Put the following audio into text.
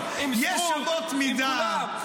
עם סטרוק,